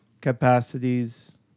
capacities